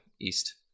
east